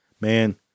Man